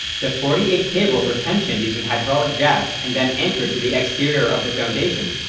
the forty eight cables were tensioned using hydraulic jacks and then anchored to the exterior of the foundation,